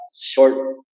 Short